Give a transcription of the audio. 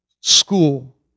school